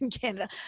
Canada